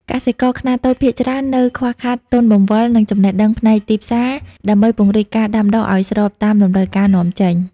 កសិករខ្នាតតូចភាគច្រើននៅខ្វះខាតទុនបង្វិល និងចំណេះដឹងផ្នែកទីផ្សារ ដើម្បីពង្រីកការដាំដុះឱ្យស្របតាមតម្រូវការនាំចេញ។